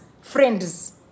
friends